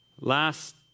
Last